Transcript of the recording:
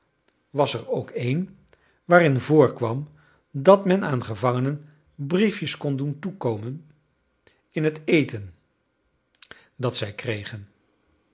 was er ook een waarin voorkwam dat men aan gevangenen briefjes kon doen toekomen in het eten dat zij kregen